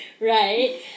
right